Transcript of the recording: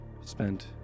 spent